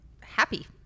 Happy